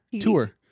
Tour